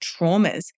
traumas